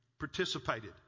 participated